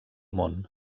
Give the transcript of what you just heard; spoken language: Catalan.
món